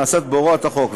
נעשית בהוראת החוק.